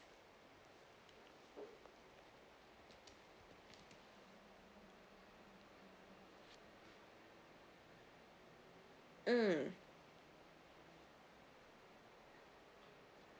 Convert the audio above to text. mm